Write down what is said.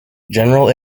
general